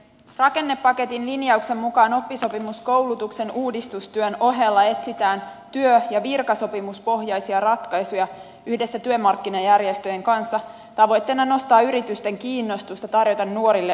rakennepaketin linjauksen mukaan oppisopimuskoulutuksen uudistustyön ohella etsitään työ ja virkasopimuspohjaisia ratkaisuja yhdessä työmarkkinajärjestöjen kanssa tavoitteena nostaa yritysten kiinnostusta tarjota nuorille oppisopimuspaikka